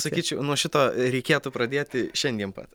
sakyčiau nuo šito reikėtų pradėti šiandien pat